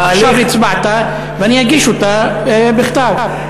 עכשיו הצבעת, ואני אגיש אותה בכתב.